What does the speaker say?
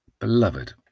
Beloved